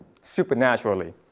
supernaturally